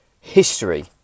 history